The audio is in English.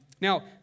Now